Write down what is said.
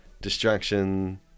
Distraction